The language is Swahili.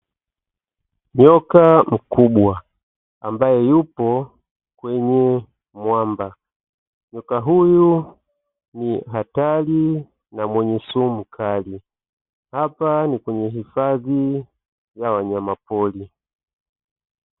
Nyoka mkubwa ambaye yupo kwenye mwamba nyoka huyu ni hatari na mwenye sumu kali hapa ni kwenye hifadhi ya wanyamapori